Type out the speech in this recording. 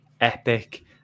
epic